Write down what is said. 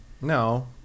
No